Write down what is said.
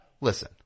Listen